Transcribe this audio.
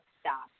stop